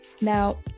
Now